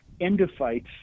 endophytes